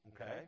Okay